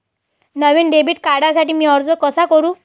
नवीन debit कार्डसाठी मी अर्ज कसा करू?